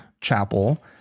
chapel